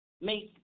make